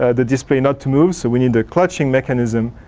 ah the display not to move. so we need the clutching mechanism.